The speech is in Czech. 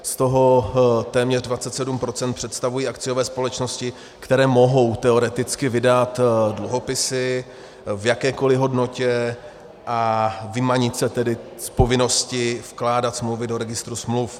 Z toho téměř 27 % představují akciové společnosti, které mohou teoreticky vydat dluhopisy v jakékoliv hodnotě, a vymanit se tedy z povinnosti vkládat smlouvy do registru smluv.